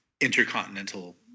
intercontinental